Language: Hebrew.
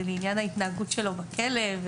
זה לעניין ההתנהגות שלו בכלא.